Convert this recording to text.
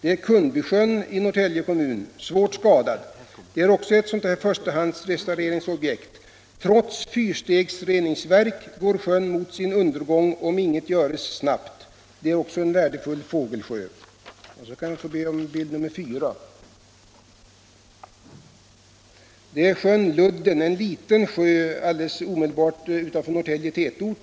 föreställer Kundbysjön i Norrtälje kommun, svårt skadad och också ett första hands restaureringsobjekt. Trots fyrstegsreningsverk går sjön mot sin undergång om inget görs snabbt. Det är också en värdefull fågelsjö. Bild 4 återger sjön Ludden, en liten sjö omedelbart utanför Norrtälje tätort.